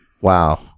wow